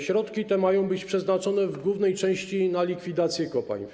Środki te mają być przeznaczone w głównej części na likwidacje kopalń.